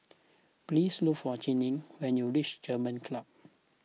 please look for Cheri when you reach German Club